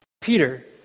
Peter